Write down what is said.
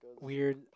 weird